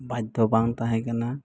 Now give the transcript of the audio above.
ᱵᱟᱫᱽᱫᱷᱚ ᱵᱟᱝ ᱛᱟᱦᱮᱸ ᱠᱟᱱᱟ